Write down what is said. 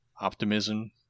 optimism